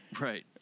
Right